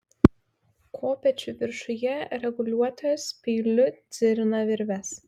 kopėčių viršuje reguliuotojas peiliu dzirina virves